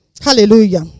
hallelujah